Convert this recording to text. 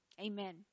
Amen